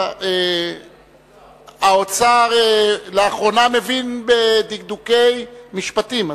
שלאחרונה שר האוצר מבין בדקדוקי משפטים.